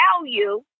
value